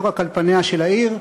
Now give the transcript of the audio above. לא רק על פניה של העיר,